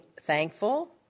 thankful